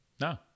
No